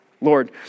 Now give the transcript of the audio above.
Lord